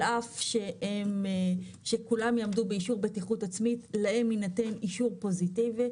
על אף שכולם יעמדו באישור בטיחות עצמית להם יינתן אישור פוזיטיבי,